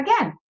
again